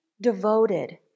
devoted